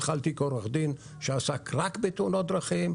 התחלתי כעורך דין שעסק רק בתאונות דרכים.